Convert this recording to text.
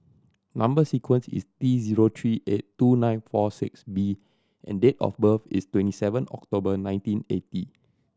number sequence is T zero three eight two nine four six B and date of birth is twenty seven October nineteen eighty